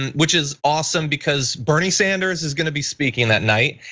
and which is awesome because bernie sanders is gonna be speaking that night.